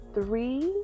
three